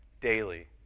daily